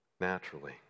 naturally